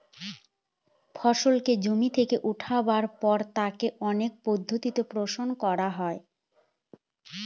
ফসলকে জমি থেকে উঠাবার পর তাকে অনেক পদ্ধতিতে প্রসেস করা হয়